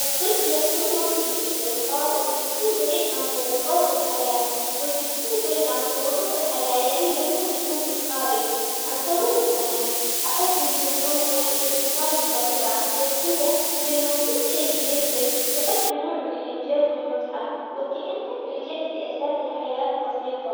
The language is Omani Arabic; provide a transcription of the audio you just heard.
الصيد يعطيني وقت للاسترخاء والتفكير بعيد عن ضغوطات الحياة، والتفكير بعيد عن ضغوطات الحياة يعني لمن أكون في القارب أنتظر السمك أحس بالهدوء والاتصال بالطبيعة غير كذا لما تصيد شي بيدك تحس بنوع من الإنجاز والمتعة وكأنك رجعت لأساس الحياة البسيطة.